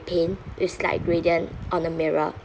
paint it's like gradient on the mirror